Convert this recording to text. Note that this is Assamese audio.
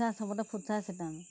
লফা চবতে ফুট চাই চতিয়াঙ